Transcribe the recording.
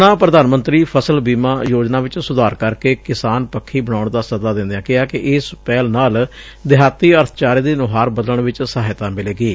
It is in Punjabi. ਉਨ੍ਹਾਂ ਪ੍ਰਧਾਨ ਮੰਤਰੀ ਫਸਲ ਬੀਮਾ ਯੋਜਨਾ ਚ ਸੁਧਾਰ ਕਰਕੇ ਕਿਸਾਨ ਪੱਖੀ ਬਣਾਉਣ ਦਾ ਸੱਦਾ ਦਿੰਦਿਆਂ ਕਿਹਾ ਕਿ ਇਸ ਪਹਿਲ ਨਾਲ ਦਿਹਾਤੀ ਅਰਬਚਾਰੇ ਦੀ ਨੁਹਾਰ ਬਦਲਣ ਚ ਸਹਾਇਤਾ ਮਿਲੇਗੀ